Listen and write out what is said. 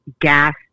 gas